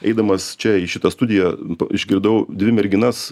eidamas čia į šitą studiją išgirdau dvi merginas